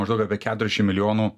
maždaug apie keturišim milijonų